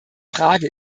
frage